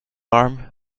arm